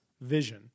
vision